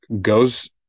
goes